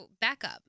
backup